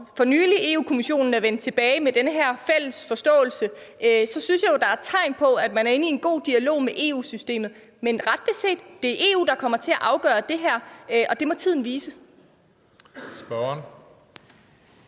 når Europa-Kommissionen er vendt tilbage og har givet udtryk for den her fælles forståelse, er tegn på, at man er inde i en god dialog med EU-systemet. Men ret beset er det EU, der kommer til at afgøre det her, og det er noget, tiden